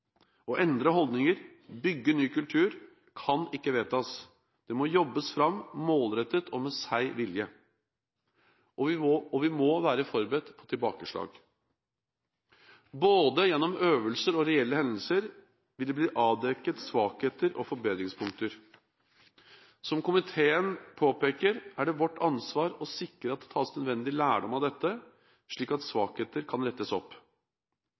Å endre holdninger – bygge ny kultur – kan ikke vedtas. Det må jobbes fram, målrettet og med seig vilje. Og vi må være forberedt på tilbakeslag. Gjennom både øvelser og reelle hendelser vil det bli avdekket svakheter og forbedringspunkter. Som komiteen påpeker, er det vårt ansvar å sikre at det tas nødvendig lærdom av dette, slik at svakheter kan rettes opp.